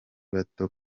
bato